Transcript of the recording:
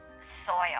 soil